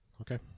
Okay